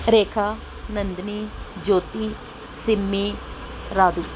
Rekha Nandini Jyoti Simmi Radu